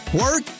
work